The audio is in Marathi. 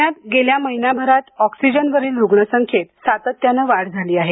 पुण्यात गेल्या महिनाभरात ऑक्सिजनवरील रुग्णसंख्येत सातत्याने वाढ झाली आहे